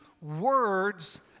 words